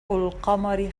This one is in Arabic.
القمر